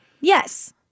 Yes